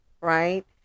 right